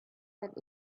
that